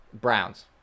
Browns